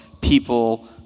people